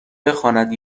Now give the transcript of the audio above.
بخواند